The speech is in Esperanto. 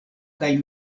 kaj